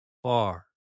Far